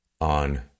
on